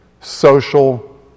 Social